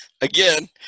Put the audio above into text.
Again